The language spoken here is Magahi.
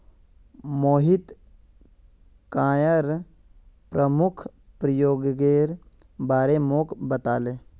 मोहित कॉयर प्रमुख प्रयोगेर बारे मोक बताले